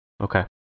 Okay